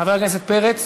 חבר הכנסת פרץ,